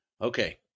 Okay